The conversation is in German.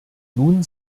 nun